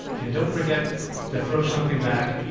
and don't forget to throw something back.